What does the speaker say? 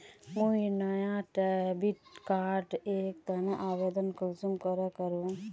मुई नया debit card एर तने आवेदन कुंसम करे करूम?